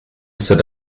said